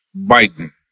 Biden